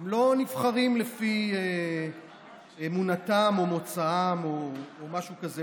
והם לא נבחרים לפי אמונתם או מוצאם או משהו כזה.